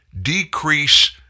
decrease